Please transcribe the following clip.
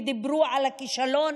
ודיברו על הכישלון